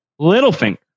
Littlefinger